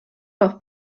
noch